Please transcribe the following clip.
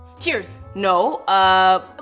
tears. no. ah.